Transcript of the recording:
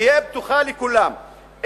היא תהיה פתוחה לכולם,